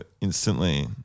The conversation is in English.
instantly